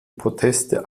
proteste